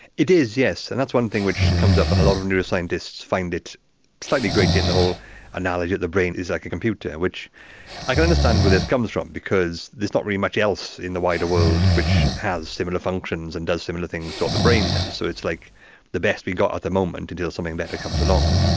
it is, yes, and that's one thing which comes up and a lot of neuroscientists find it slightly grating, the whole analogy that the brain is like a computer, which i can understand where this comes from because there's not really much else in the wider world which has similar functions and does similar things to what the brain does, so it's like the best we've got at the moment until something better comes along.